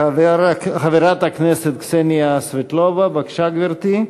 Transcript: חברת הכנסת קסניה סבטלובה, בבקשה, גברתי.